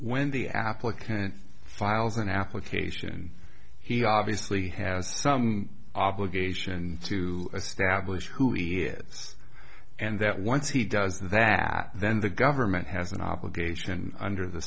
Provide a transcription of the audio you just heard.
the applicant files an application he obviously has some obligation to establish who he is and that once he does that then the government has an obligation under the